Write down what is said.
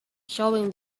showing